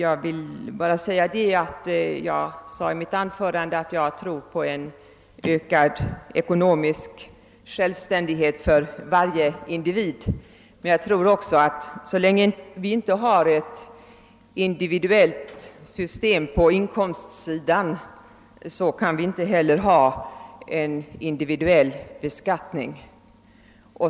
I mitt förra anförande sade jag att jag tror på en ökad ekonomisk självständighet för varje individ, men så länge vi inte har ett individuellt system på inkomstsidan kan vi inte heller ha en individuell beskattning.